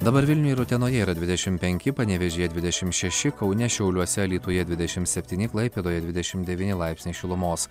dabar vilniuje ir utenoje yra dvidešimt penki panevėžyje dvidešimt šeši kaune šiauliuose alytuje dvidešimt septyni klaipėdoje dvidešimt devyni laipsniai šilumos